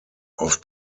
auf